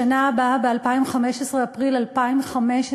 בשנה הבא, ב-2015, אפריל 2015,